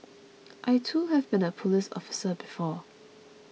I too have been a police officer before